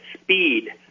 speed